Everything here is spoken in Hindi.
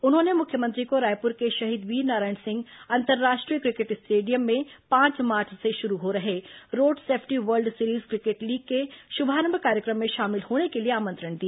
उन्होंने मुख्यमंत्री को रायपुर के शहीद वीरनारायण सिंह अंतर्राष्ट्रीय क्रिकेट स्टेडियम में पांच मार्च से शुरू हो रहे road safety world series cricket league के शुभारंभ कार्यक्रम में शामिल होने के लिए आमंत्रण दिया